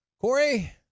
Corey